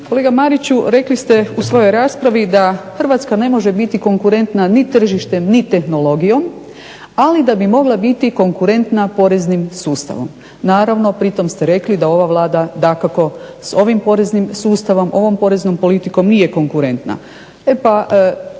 Kolega Mariću, rekli ste u svojoj raspravi da Hrvatska ne može biti konkurentna ni tržištem ni tehnologijom, ali da bi mogla biti konkurentna poreznim sustavom. Naravno pritom ste rekli da ova Vlada dakako s ovim poreznim sustavom, ovom poreznom politikom nije konkurentna.